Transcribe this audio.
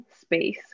space